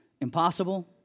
Impossible